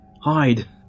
Hide